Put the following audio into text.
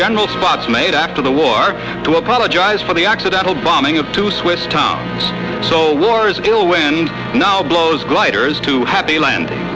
general bob made after the war to apologize for the accidental bombing of two swiss town so war is kill when no blows gliders to happy land